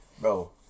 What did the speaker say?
bro